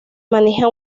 maneja